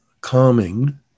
calming